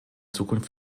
zukunft